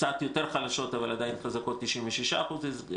קצת יותר חלשות אבל עדיין חזקות 96% החזר.